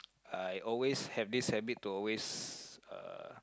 I always have this habit to always uh